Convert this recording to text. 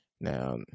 now